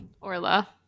Orla